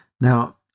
now